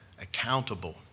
accountable